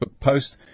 post